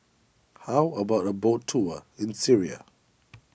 how about a boat tour in Syria